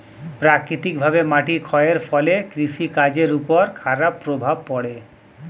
প্রাকৃতিকভাবে মাটির ক্ষয়ের ফলে কৃষি কাজের উপর খারাপ প্রভাব পড়ে